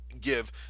give